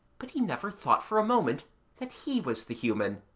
but he never thought for a moment that he was the human.